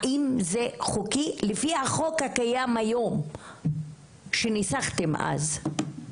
האם זה חוקי, לפי החוק הקיים היום, כשניסחתם אז.